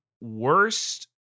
worst